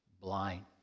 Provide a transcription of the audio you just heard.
blind